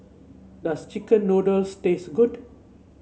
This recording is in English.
does chicken noodles taste good